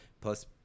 Plus